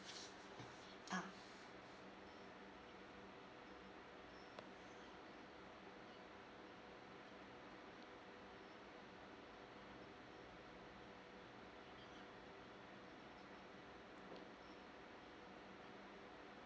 ah